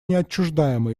неотчуждаемы